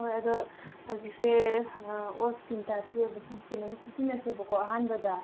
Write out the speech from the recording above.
ꯍꯣꯏ ꯑꯗꯣ ꯍꯧꯖꯤꯛꯁꯦ ꯑꯥ ꯑꯣꯜ ꯏꯁꯀꯤꯟ ꯇꯥꯏꯞꯀꯤ ꯑꯣꯏꯕ ꯁꯟ ꯏꯁꯀꯤꯟ ꯑꯃ ꯁꯤꯖꯤꯟꯅꯁꯦꯕꯀꯣ ꯑꯍꯥꯟꯕꯗ